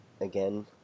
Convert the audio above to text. again